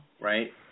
right